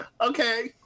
okay